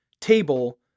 table